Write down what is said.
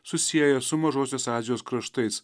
susieja su mažosios azijos kraštais